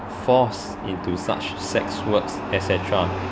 force into such sex works et cetera